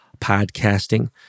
podcasting